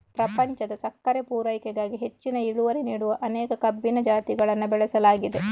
ಪ್ರಪಂಚದ ಸಕ್ಕರೆ ಪೂರೈಕೆಗಾಗಿ ಹೆಚ್ಚಿನ ಇಳುವರಿ ನೀಡುವ ಅನೇಕ ಕಬ್ಬಿನ ಜಾತಿಗಳನ್ನ ಬೆಳೆಸಲಾಗಿದೆ